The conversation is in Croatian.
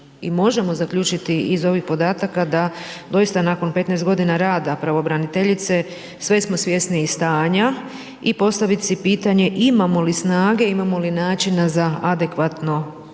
možemo zaključiti iz ovih podataka, da doista nakon 15 g. rada pravobraniteljice sve smo svjesnijih stanja i postaviti si pitanje, imamo li snage, imamo li načina, za adekvatno